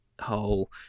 whole